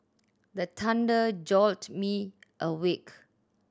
the thunder jolt me awake